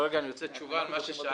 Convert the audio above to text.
סליחה, אני רוצה תשובה על מה ששאלתי.